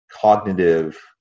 cognitive